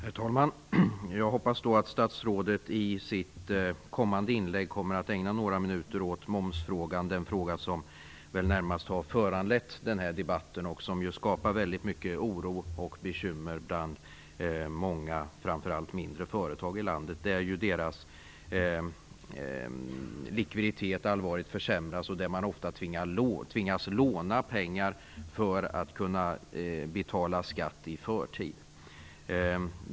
Herr talman! Jag hoppas att statsrådet i sitt kommande inlägg kommer att ägna några minuter åt momsfrågan. Det är väl den fråga som närmast har föranlett den här debatten. Den skapar väldigt mycket oro och bekymmer framför allt bland många av de mindre företagen i landet. Deras likviditet försämras allvarligt, och de tvingas ofta låna pengar för att kunna betala skatt i förtid.